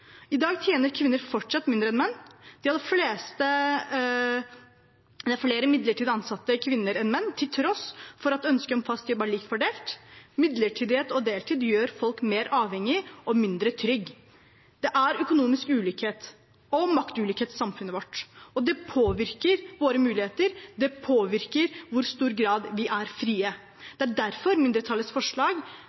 I dag tjener kvinner fortsatt mindre enn menn. Det er flere midlertidig ansatte kvinner enn menn, til tross for at ønsket om fast jobb er likt fordelt. Midlertidighet og deltid gjør folk mer avhengige og mindre trygge. Det er økonomisk ulikhet og maktulikhet i samfunnet vårt, og det påvirker våre muligheter og i hvor stor grad vi er frie. Det er derfor mindretallets forslag